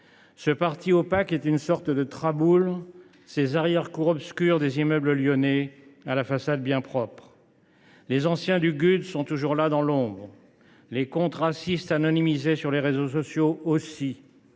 Ce parti opaque est une sorte de traboule, ces arrière cours obscures des immeubles lyonnais à la façade bien propre. Les anciens du GUD sont toujours là, dans l’ombre, tout comme les comptes racistes anonymes sur les réseaux sociaux.